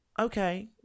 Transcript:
okay